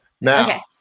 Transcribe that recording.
Now